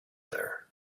there